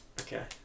Okay